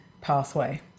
pathway